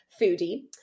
foodie